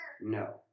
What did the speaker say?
no